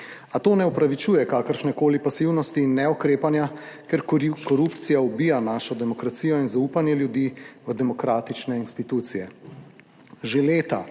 (Nadaljevanje) kakršnekoli pasivnosti in neukrepanja, ker korupcija ubija našo demokracijo in zaupanje ljudi v demokratične institucije. Že leta